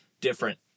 different